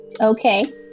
Okay